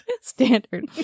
standard